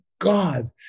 God